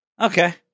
okay